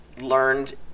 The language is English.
learned